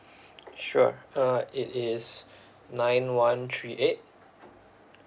sure uh it is nine one three eight